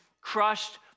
crushed